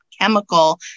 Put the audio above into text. chemical